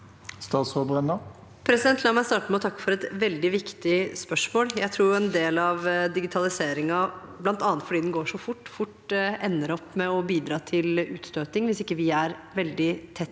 La meg starte med å takke for et veldig viktig spørsmål. Jeg tror en del av digitaliseringen, bl.a. fordi den går så fort, fort ender opp med å bidra til utstøting hvis vi ikke er veldig tett på.